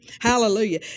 Hallelujah